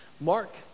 Mark